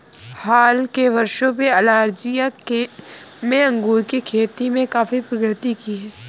हाल के वर्षों में अल्जीरिया में अंगूर की खेती ने काफी प्रगति की है